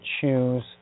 choose